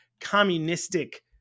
communistic